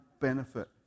benefit